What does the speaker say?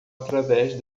através